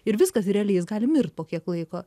ir viskas realiai jis gali mirt ir po kiek laiko